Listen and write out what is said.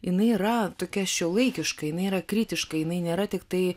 jinai yra tokia šiuolaikiška jinai yra kritiška jinai nėra tiktai